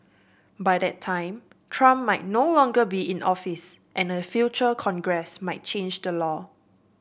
by that time Trump might no longer be in office and a future congress might change the law